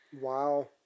Wow